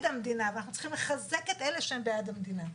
המדינה ואנחנו צריכים לחזק את אלה שהם בעד המדינה.